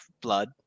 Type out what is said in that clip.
blood